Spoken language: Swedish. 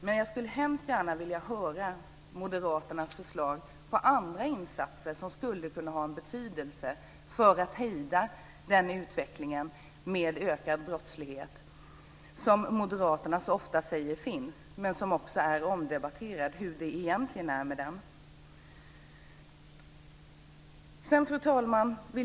Men jag skulle mycket gärna vilja höra moderaternas förslag till andra insatser som skulle kunna ha betydelse för att hejda utvecklingen med ökad brottslighet som moderaterna så ofta säger finns. Men det är också omdebatterat hur det egentligen är med detta. Fru talman!